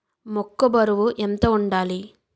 మొక్కొ బరువు ఎంత వుండాలి?